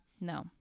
no